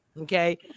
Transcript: Okay